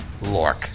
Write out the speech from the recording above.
Lork